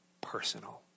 personal